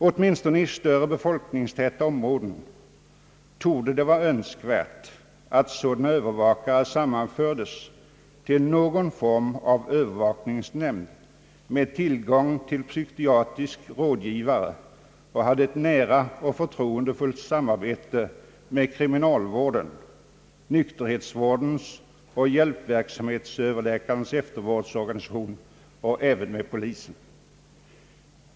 Åtminstone i större, befolkningstäta områden torde det vara önskvärt att sådana övervakare sammanfördes till någon form av Öövervakningsnämnd med tillgång till psykiatrisk rådgivare och ett nära, förtroendefullt samarbete med kriminalvården, nykterhetsvårdens och hjälpverksamhetsläkarnas eftervårdsorganisation samt även polisen.